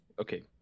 Okay